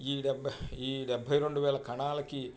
ఈ డబ్బై ఈ డెబ్బై రెండువేల కణాలకి